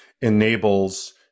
enables